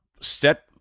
set